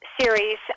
series